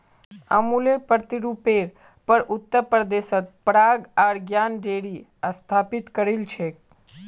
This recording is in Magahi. अमुलेर प्रतिरुपेर पर उत्तर प्रदेशत पराग आर ज्ञान डेरी स्थापित करील छेक